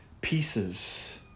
pieces